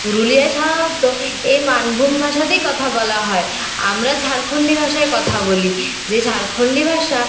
পুরুলিয়ায় সাধারণত এই মানভূম ভাষাতেই কথা বলা হয় আমরা ঝাড়খণ্ডী ভাষায় কথা বলি যে ঝাড়খণ্ডী ভাষা